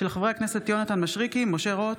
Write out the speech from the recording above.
חברי הכנסת יונתן מישרקי, משה רוט,